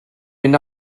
mynd